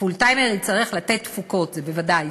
פול-טיימר יצטרך לתת תפוקות, זה בוודאי.